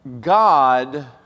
God